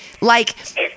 Like-